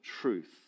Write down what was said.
truth